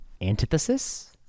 antithesis